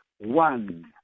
one